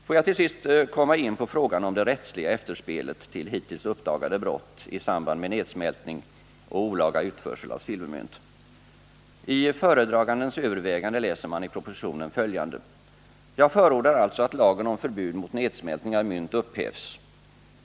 Får jag till sist komma in på frågan om det rättsliga efterspelet till hittills uppdagade brott i samband med nedsmältning och olaga utförsel av silvermynt. I föredragandens överväganden i propositionen läser man följande: ”Jag förordar alltså att lagen om förbud mot nedsmältning av mynt upphävs.